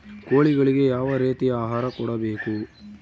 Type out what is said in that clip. ಕೋಳಿಗಳಿಗೆ ಯಾವ ರೇತಿಯ ಆಹಾರ ಕೊಡಬೇಕು?